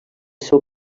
seu